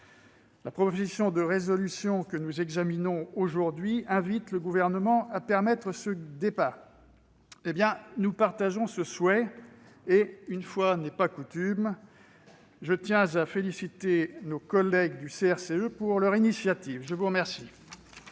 La proposition de résolution que nous examinons aujourd'hui invite le Gouvernement à permettre ce débat. Nous partageons ce souhait. Une fois n'est pas coutume, je tiens à féliciter nos collègues du groupe CRCE de leur initiative. La parole